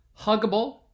huggable